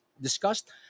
discussed